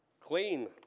Clean